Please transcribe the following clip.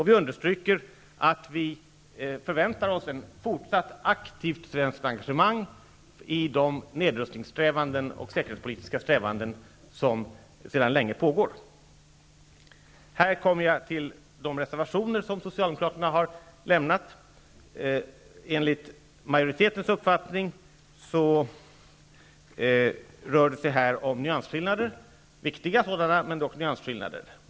Vi understryker att vi förväntar oss ett fortsatt aktivt svenskt engagemang i de nedrustningssträvanden och säkerhetspolitiska strävanden som pågår sedan länge. Nu kommer jag till de reservationer som Socialdemokraterna har lämnat. Enligt majoritetens uppfattning rör det sig om nyansskillnader, viktiga sådana, men dock nyansskillnader.